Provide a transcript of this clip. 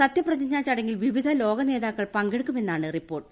സത്യഫ്രിജ്ഞാ ചടങ്ങിൽ വിവിധ ലോക നേതാക്കൾ പങ്കെട്ടുക്കുമെന്നാണ് റിപ്പോർട്ട്